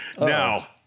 Now